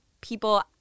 people